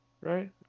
right